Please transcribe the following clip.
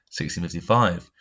1655